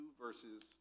verses